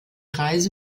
reise